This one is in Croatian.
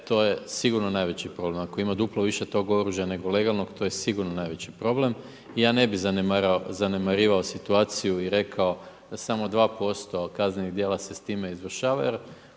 to je sigurno najveći problem. Ako ima duplo više tog oružja nego legalnog to je sigurno najveći problem. Ja ne bih zanemarivao situaciju i rekao samo 2% kaznenih djela se s time izvršava,